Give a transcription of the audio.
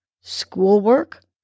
schoolwork